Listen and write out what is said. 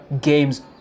games